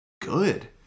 good